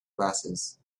glasses